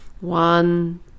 One